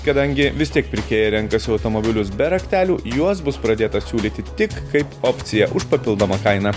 kadangi vis tiek pirkėjai renkasi automobilius be raktelių juos bus pradėta siūlyti tik kaip opciją už papildomą kainą